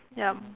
ya